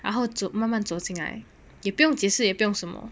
然后走慢慢走进来也不用解释也不用什么